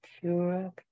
pure